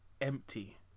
empty